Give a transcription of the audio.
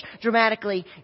dramatically